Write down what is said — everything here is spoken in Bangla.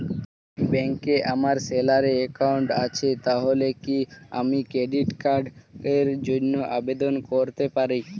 ব্যাংকে আমার স্যালারি অ্যাকাউন্ট আছে তাহলে কি আমি ক্রেডিট কার্ড র জন্য আবেদন করতে পারি?